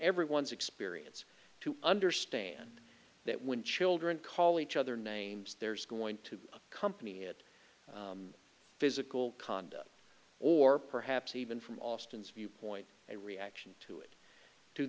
everyone's experience to understand that when children call each other names there's going to accompany it physical conduct or perhaps even from austin's viewpoint a reaction to